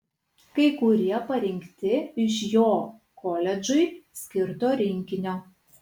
kai kurie parinkti iš jo koledžui skirto rinkinio